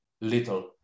little